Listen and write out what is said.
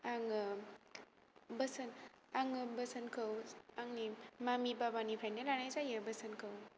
आङो बोसोन आङो बोसोनखौ आंनि मामि बाबानिफ्रायनो लानाय जायो बोसोनखौ